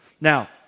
Now